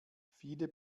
viele